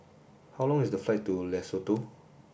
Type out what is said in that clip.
how long is the flight to Lesotho